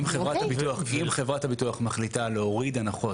אם חברת הביטוח מחליטה להוריד הנחות